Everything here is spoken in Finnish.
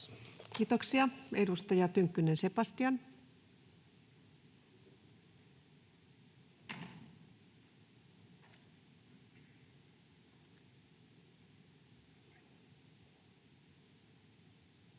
Kiitoksia. — Edustaja Tynkkynen, Sebastian.